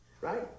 right